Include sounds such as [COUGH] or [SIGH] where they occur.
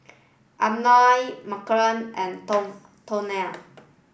Ammon Marcy and [UNINTELLIGIBLE] Toriano